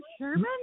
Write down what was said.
Sherman